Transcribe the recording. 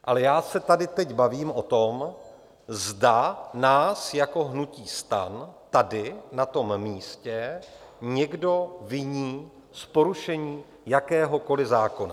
Ale já se tady teď bavím o tom, zda nás jako hnutí STAN tady na tom místě někdo viní z porušení jakéhokoli zákona.